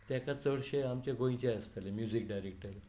चडशे आमचे गोंयचे आसताले म्युझीक डायरॅक्टर